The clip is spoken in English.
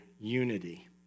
unity